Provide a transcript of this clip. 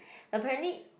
apparently